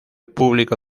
público